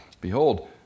Behold